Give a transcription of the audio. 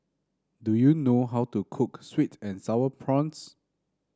do you know how to cook sweet and sour prawns